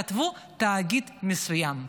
כתבו "תאגיד מסוים".